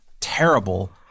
Terrible